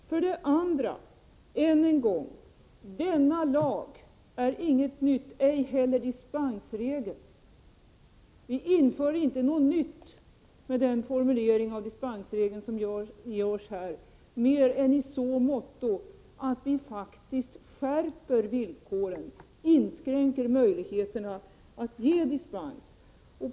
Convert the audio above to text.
Låt mig än en gång säga att denna lag inte innebär något nytt liksom inte heller dispensregeln gör det. Vi inför inte något nytt med den formulering av dispensregeln som föreslås mer än i så måtto att vi faktiskt skärper villkoren och inskränker möjligheterna att ge dispens.